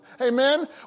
Amen